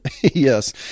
Yes